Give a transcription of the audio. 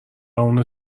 اونو